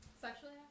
Sexually